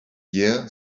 year